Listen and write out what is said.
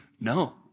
no